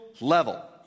level